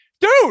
Dude